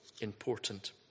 important